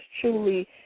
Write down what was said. truly